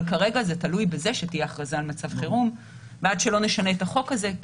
אבל כרגע זה תלוי בכך שתהיה הכרזה על מצב חירום ושנשנה את החוק הזה.